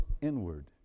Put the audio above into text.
inward